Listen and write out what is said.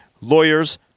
Lawyers